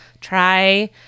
try